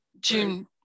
June